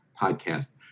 podcast